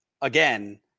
again